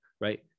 right